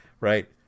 right